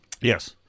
Yes